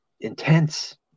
intense